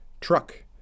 truck